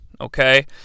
Okay